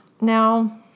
Now